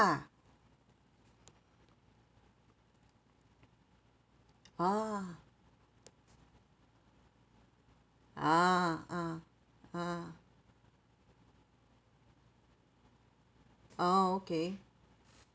ah ah ah ah ah oh okay